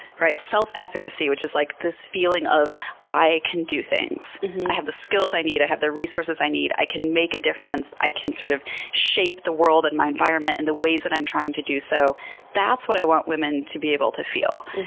self-efficacy, which is like this feeling of i can do things, i have the skills i need, i have the resources i need, i can make a difference. i can sort of shape the world and my environment in and the ways that i'm trying to do so that's what i want women to be able to feel.